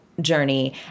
journey